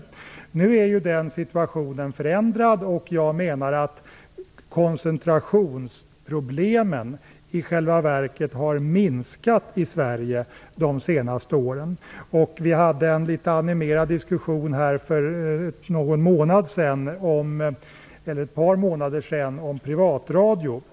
Nu är den situationen förändrad, och jag menar att koncentrationsproblemen i Sverige i själva verket har minskat de senaste åren. Vi hade här för ett par månader sedan en litet animerad diskussion om privatradio.